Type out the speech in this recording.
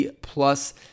Plus